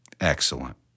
Excellent